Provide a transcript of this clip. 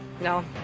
no